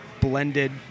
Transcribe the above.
blended